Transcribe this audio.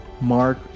Mark